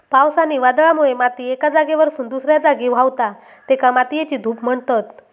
पावस आणि वादळामुळे माती एका जागेवरसून दुसऱ्या जागी व्हावता, तेका मातयेची धूप म्हणतत